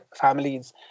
families